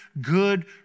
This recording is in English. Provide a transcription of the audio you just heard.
good